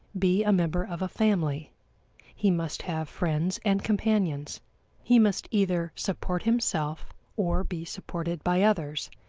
be a member of a family he must have friends and companions he must either support himself or be supported by others,